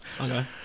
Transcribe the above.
Okay